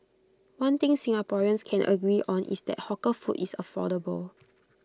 one thing Singaporeans can agree on is that hawker food is affordable